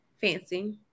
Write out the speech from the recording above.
Fancy